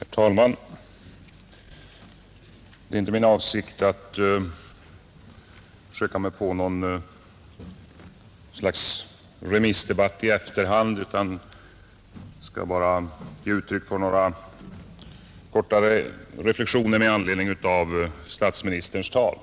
Herr talman! Det är inte min avsikt att försöka mig på något slags remissdebatt i efterhand, utan jag skall bara ge uttryck för några korta reflexioner med anledning av statsministerns tal.